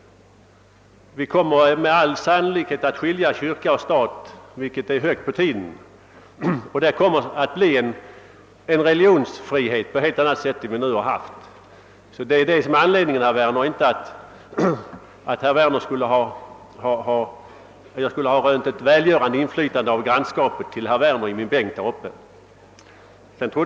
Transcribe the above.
Vi kommer med all sannolikhet att skilja kyrka och stat åt, vilket är högt på tiden. Det kommer då att bli en religionsfrihet på ett belt annat sätt än vi hittills haft. Skälet till att jag inte tagit upp denna fråga i år är alltså inte att jag rönt ett, som herr Werner ser det, välgörande inflytande från grannskapet till herr Werner i min bänk här i kammaren.